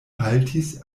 haltis